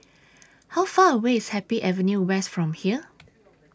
How Far away IS Happy Avenue West from here